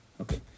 Okay